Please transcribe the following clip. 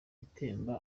atemba